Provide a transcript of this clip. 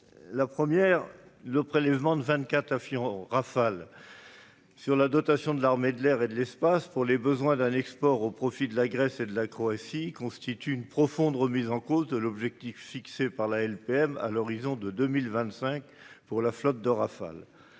Premièrement, le prélèvement de vingt-quatre avions Rafale sur la dotation de l'armée de l'air et de l'espace, pour les besoins d'un export au profit de la Grèce et de la Croatie, constitue une profonde remise en cause de l'objectif fixé par la LPM à l'horizon de 2025 pour la flotte de Rafale.